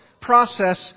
process